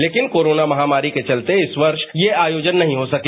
लेकिन कोरोना महामारी के चलते इस वर्ष यह आयोजन नहीं हो सके